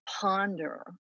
ponder